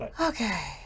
Okay